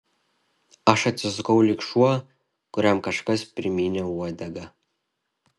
aš atsisukau lyg šuo kuriam kažkas primynė uodegą